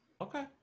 Okay